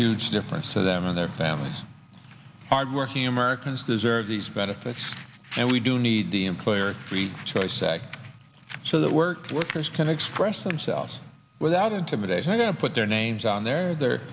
huge difference to them and their families hardworking americans deserve these benefits and we do need the employer free choice act so that work workers can express themselves without intimidation and put their names on their either